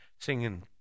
singing